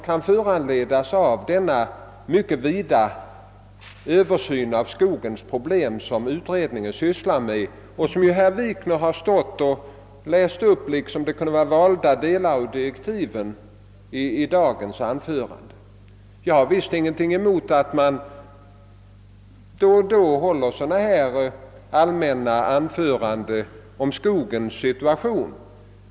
Det är en mycket vid översyn av skogsproblemen som utredningen skall göra — och vad herr Wikner läst upp i sitt anförande här i dag kunde faktiskt vara valda delar av direktiven. Jag har visst ingenting emot att man då och då håller sådana här allmänna anföranden om skogens situation.